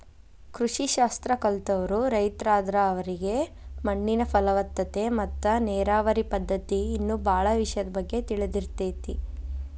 ಕೃಷಿ ಶಾಸ್ತ್ರ ಕಲ್ತವ್ರು ರೈತರಾದ್ರ ಅವರಿಗೆ ಮಣ್ಣಿನ ಫಲವತ್ತತೆ ಮತ್ತ ನೇರಾವರಿ ಪದ್ಧತಿ ಇನ್ನೂ ಬಾಳ ವಿಷಯದ ಬಗ್ಗೆ ತಿಳದಿರ್ತೇತಿ